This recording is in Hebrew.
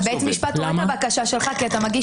בית המשפט רואה את הבקשה שלך כי אתה מגיש